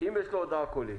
אם יש לו הודעה קולית,